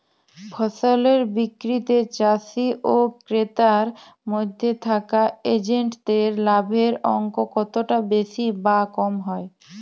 ফসলের বিক্রিতে চাষী ও ক্রেতার মধ্যে থাকা এজেন্টদের লাভের অঙ্ক কতটা বেশি বা কম হয়?